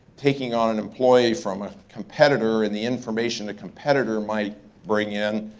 taking on an employee from a competitor, and the information the competitor might bring in.